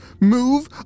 move